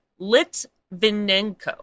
Litvinenko